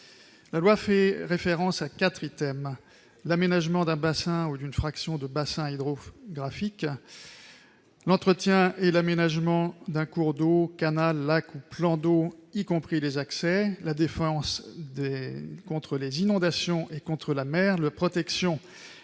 La loi fait référence à quatre items : l'aménagement d'un bassin ou d'une fraction de bassin hydrographique ; l'entretien et l'aménagement d'un cours d'eau, canal, lac ou plan d'eau, y compris les accès ; la défense contre les inondations et contre la mer ; la protection